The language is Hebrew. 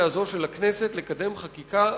הזו של הכנסת כדי לקדם חקיקה אמיתית,